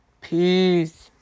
Peace